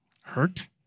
hurt